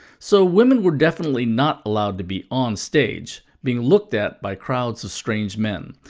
so women were definitely not allowed to be onstage, being looked at by crowds of strange men.